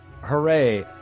Hooray